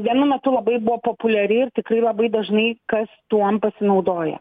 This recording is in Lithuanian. vienu metu labai buvo populiari ir tikrai labai dažnai kas tuom pasinaudoja